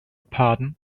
pardon